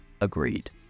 agreed